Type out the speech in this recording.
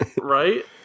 Right